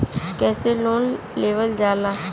कैसे लोन लेवल जाला?